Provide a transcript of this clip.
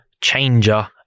changer